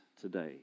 today